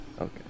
Okay